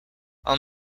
i’ll